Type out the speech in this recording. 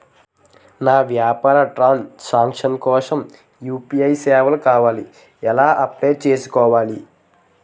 నా వ్యాపార transaction కోసం యు.పి.ఐ సేవలు కావాలి ఎలా అప్లయ్ చేసుకోవాలి?